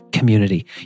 community